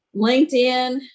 LinkedIn